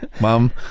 Mom